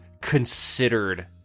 considered